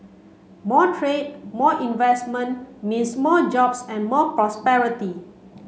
more trade more investment means more jobs and more prosperity